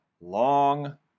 Long